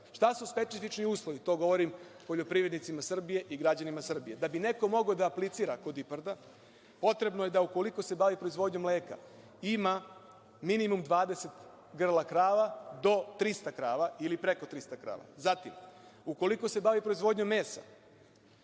su specifični uslovi? To govorim poljoprivrednicima Srbije i građanima Srbije. Da bi neko mogao da aplicira kod IPARD-a, potrebno je da, ukoliko se bavi proizvodnjom mleka, ima minimum 20 grla krava do 300 krava ili preko 300 krava. Zatim, ukoliko se bavi proizvodnjom mesa,